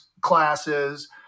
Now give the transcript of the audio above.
classes